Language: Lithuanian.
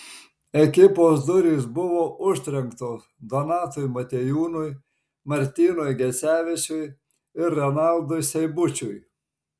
ekipos durys buvo užtrenktos donatui motiejūnui martynui gecevičiui ir renaldui seibučiui